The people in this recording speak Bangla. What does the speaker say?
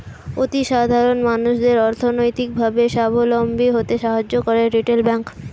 অতি সাধারণ মানুষদের অর্থনৈতিক ভাবে সাবলম্বী হতে সাহায্য করে রিটেল ব্যাংক